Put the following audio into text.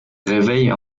réveille